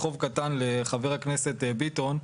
חוב קטן לחבר הכנסת ביטון,